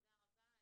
תודה רבה.